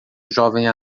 jovem